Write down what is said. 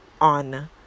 on